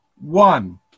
one